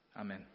Amen